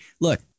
look